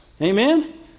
Amen